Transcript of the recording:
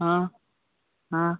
हाँ हाँ